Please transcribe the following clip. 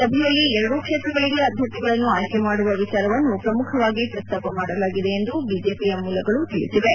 ಸಭೆಯಲ್ಲಿ ಎರಡೂ ಕ್ಷೇತ್ರಗಳಿಗೆ ಅಭ್ಯರ್ಥಿಗಳನ್ನು ಆಯ್ಕೆ ಮಾಡುವ ವಿಚಾರವನ್ನು ಪ್ರಮುಖವಾಗಿ ಪ್ರಸ್ತಾಪ ಮಾಡಲಾಗಿದೆ ಎಂದು ಬಿಜೆಪಿಯ ಮೂಲಗಳು ತಿಳಿಸಿವೆ